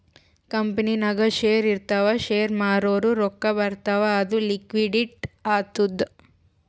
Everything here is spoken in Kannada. ಕಂಪನಿನಾಗ್ ಶೇರ್ ಇರ್ತಾವ್ ಶೇರ್ ಮಾರೂರ್ ರೊಕ್ಕಾ ಬರ್ತಾವ್ ಅದು ಲಿಕ್ವಿಡಿಟಿ ಆತ್ತುದ್